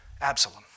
Absalom